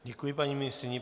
Děkuji paní ministryni.